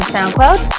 SoundCloud